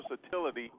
versatility